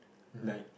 mmhmm